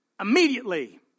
immediately